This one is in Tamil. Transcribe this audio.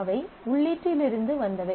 அவை உள்ளீட்டிலிருந்து வந்தவை